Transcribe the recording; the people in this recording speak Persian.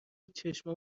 چشمام